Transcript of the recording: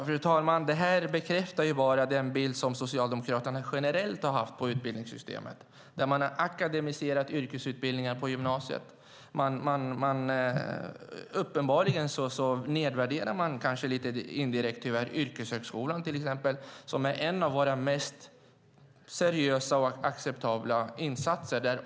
Fru talman! Det här bekräftar bara den bild som Socialdemokraterna generellt har haft av utbildningssystemet. Man har akademiserat yrkesutbildningen på gymnasiet. Uppenbarligen nedvärderar man tyvärr indirekt till exempel yrkeshögskolan, som är en av våra mest seriösa och acceptabla insatser.